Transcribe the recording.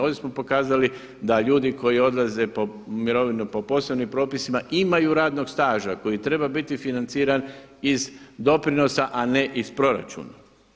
Ovdje smo pokazali da ljudi koji odlaze u mirovinu po posebnim propisima imaju radnog staža koji treba biti financiran iz doprinosa a ne iz proračuna.